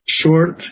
short